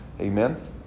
Amen